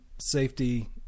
safety